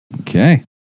Okay